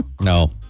No